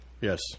Yes